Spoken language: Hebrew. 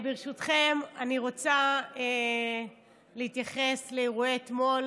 ברשותכם אני רוצה להתייחס לאירועי אתמול